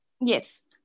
Yes